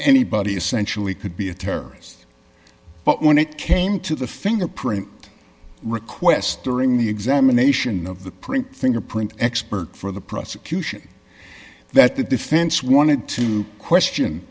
anybody essentially could be a terrorist but when it came to the fingerprint request during the examination of the print thing a print expert for the prosecution that the defense wanted to question